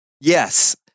yes